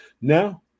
Now